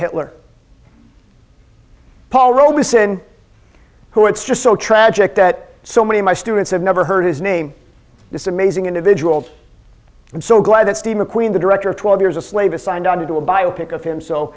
hitler paul robeson who it's just so tragic that so many of my students have never heard his name this amazing individual i'm so glad that steve mcqueen the director of twelve years a slave is signed on to do a bio pic of him so